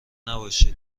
نباشید